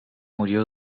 murió